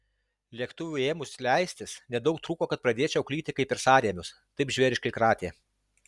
lėktuvui ėmus leistis nedaug trūko kad pradėčiau klykti kaip per sąrėmius taip žvėriškai kratė